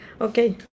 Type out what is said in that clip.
Okay